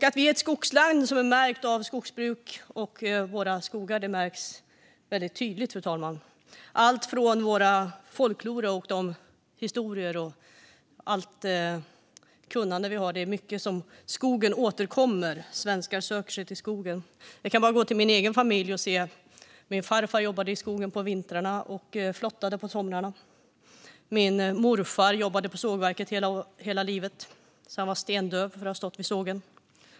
Att Sverige är ett skogsland som utmärks av skogsbruk och av våra skogar märks tydligt i allt från vår folklore och olika historier till det kunnande vi har. Skogen återkommer i mycket, och svenskar söker sig till skogen. Jag kan gå till min egen familj: Min farfar jobbade i skogen på vintrarna och flottade på somrarna. Min morfar jobbade på sågverket hela livet, så han var stendöv efter att ha stått vid sågen.